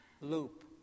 loop